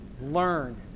Learn